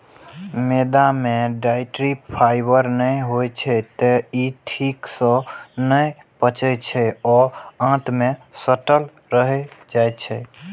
मैदा मे dietary fibre नै होइ छै, तें ई ठीक सं नै पचै छै आ आंत मे सटल रहि जाइ छै